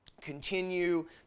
continue